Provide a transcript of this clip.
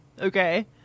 Okay